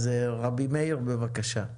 רבי מאיר, בבקשה.